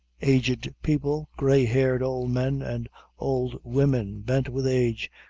aged people, grey-haired old men, and old women bent with age,